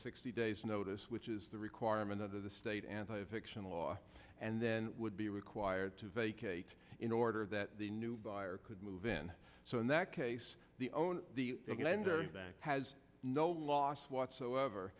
sixty days notice which is the requirement of the state anti fictional law and then would be required to vacate in order that the new buyer could move in so in that case the own the land that has no loss whatsoever